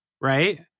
right